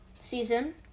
season